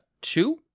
Two